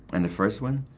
and the first one,